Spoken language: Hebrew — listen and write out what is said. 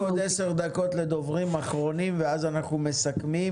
יש לי רק עוד עשר דקות לדוברים אחרונים ואז אנחנו מסכמים.